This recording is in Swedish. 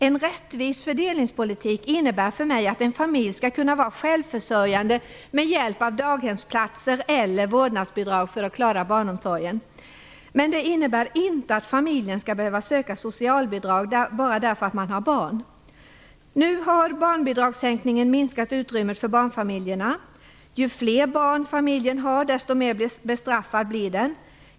En rättvis fördelningspolitik innebär för mig att en familj skall kunna vara självförsörjande med hjälp av daghemsplatser eller vårdnadsbidrag för att klara barnomsorgen. Men det innebär inte att familjen skall behöva söka socialbidrag bara därför att man har barn. Nu har barnbidragssänkningen minskat utrymmet för barnfamiljerna. Ju fler barn familjen har desto mer bestraffad blir den.